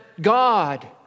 God